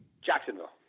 Jacksonville